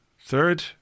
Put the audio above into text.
Third